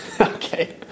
Okay